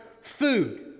food